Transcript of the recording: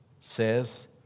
says